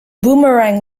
boomerang